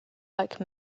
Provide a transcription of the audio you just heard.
like